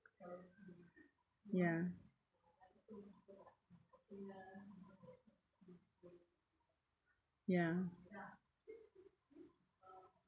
ya ya